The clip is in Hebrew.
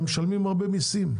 הם משלמים הרבה מיסים.